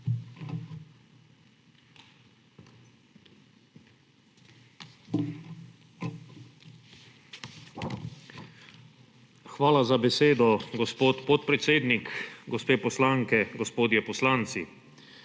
Hvala za besedo, gospod podpredsednik, gospe poslanke, gospodje poslanci!